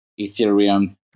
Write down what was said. Ethereum